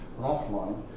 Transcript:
offline